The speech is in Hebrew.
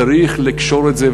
צריך לקשור את זה,